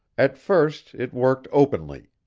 at first it worked openly.